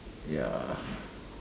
ya